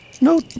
no